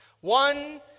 One